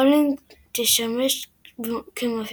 רולינג תשמש כמפיקה.